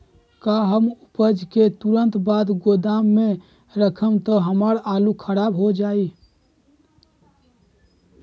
का हम उपज के तुरंत बाद गोदाम में रखम त हमार आलू खराब हो जाइ?